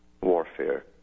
warfare